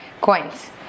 coins